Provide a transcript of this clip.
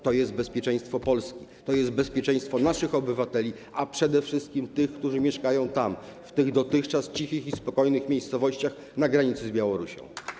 To jest bezpieczeństwo Polski, to jest bezpieczeństwo naszych obywateli, a przede wszystkim tych, którzy mieszkają tam, w tych dotychczas cichych i spokojnych miejscowościach na granicy z Białorusią.